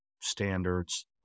standards